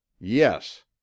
yes